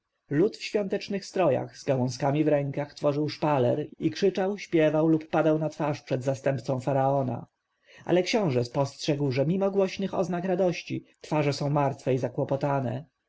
lud w świątecznych strojach z gałązkami w rękach tworzył szpaler i krzyczał śpiewał lub padał na twarz przed zastępcą faraona ale książę spostrzegł że mimo głośnych oznak radości twarze są martwe i